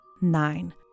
Nine